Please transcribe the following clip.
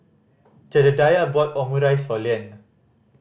Jedediah bought Omurice for Leanne